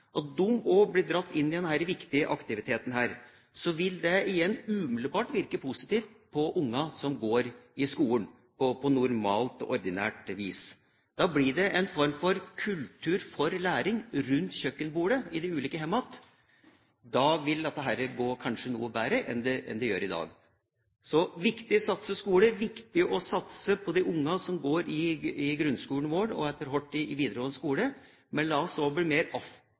viktige aktiviteten, vil umiddelbart virke positivt på de ungene som går i skolen på normalt, ordinært vis. Da blir det en form for kultur for læring rundt kjøkkenbordet i de ulike hjem. Da vil det kanskje gå noe bedre enn det gjør i dag. Det er viktig å satse på skole. Det er viktig å satse på de ungene som går i grunnskolen og etter hvert i videregående skole. Men la oss også bli mer